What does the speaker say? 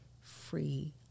free